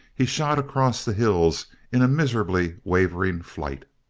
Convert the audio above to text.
he shot across the hills in a miserably wavering flight.